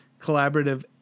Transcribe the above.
collaborative